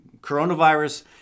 coronavirus